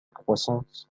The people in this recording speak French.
croissance